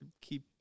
keep